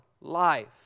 life